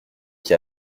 qui